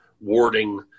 warding